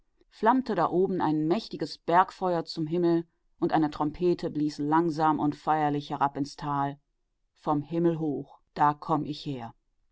flammte da oben ein mächtiges bergfeuer zum himmel und eine trompete blies langsam und feierlich herab ins tal vom himmel hoch da komm ich her